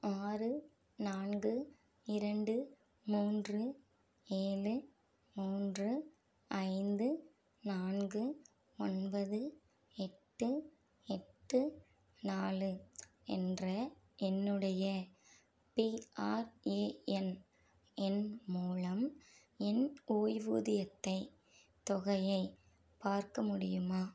ஆறு நான்கு இரண்டு மூன்று ஏழு மூன்று ஐந்து நான்கு ஒன்பது எட்டு எட்டு நாலு என்ற என்னுடைய பிஆர்ஏஎன் எண் மூலம் என் ஓய்வூதியத்தை தொகையைப் பார்க்க முடியுமா